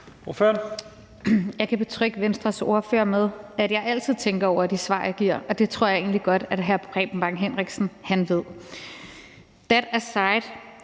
Jeg kan betrygge Venstres ordfører med, at jeg altid tænker over de svar, jeg giver, og det tror jeg egentlig godt hr. Preben Bang Henriksen ved.